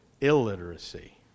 illiteracy